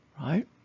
Right